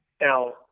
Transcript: Now